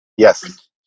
Yes